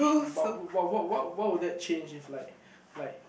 but what what why would that change if like like